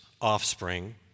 offspring